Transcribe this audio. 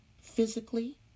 physically